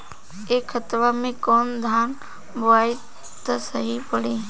ए खेतवा मे कवन धान बोइब त सही पड़ी?